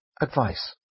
Advice